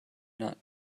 not